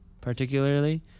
particularly